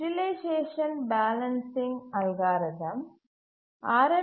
utilisation balancing algorithm R